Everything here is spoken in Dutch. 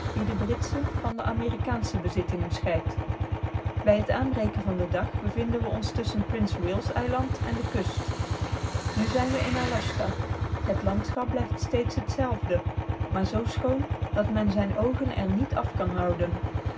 die de britsche van de amerikaansche bezittingen scheidt bij het aanbreken van den dag bevinden we ons tusschen prins wales eiland en de kust nu zijn we in aljaska het landschap blijft steeds hetzelfde maar zoo schoon dat men zijn oogen er niet af kan houden